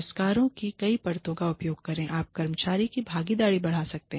पुरस्कारों की कई परतों का उपयोग करें आप कर्मचारी की भागीदारी बढ़ा सकते हैं